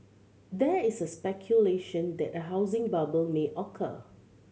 there is a speculation that a housing bubble may occur